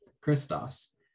Christos